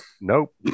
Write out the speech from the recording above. nope